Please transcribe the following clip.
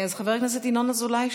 חבר הכנסת ינון אזולאי,